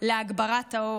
להגברת האור.